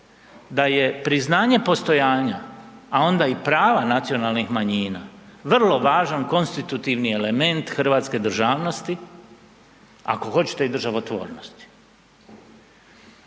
da je priznanje postojanja a onda i prava nacionalnih manjina, vrlo važan konstitutivni element hrvatske državnosti, ako hoćete i državotvornosti.